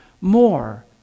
more